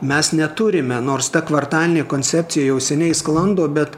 mes neturime nors ta kvartalinė koncepcija jau seniai sklando bet